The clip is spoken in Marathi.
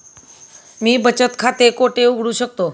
मी बचत खाते कोठे उघडू शकतो?